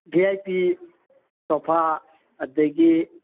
V I P sofa ꯑꯗꯨꯗꯒꯤ